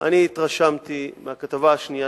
אני התרשמתי מהכתבה השנייה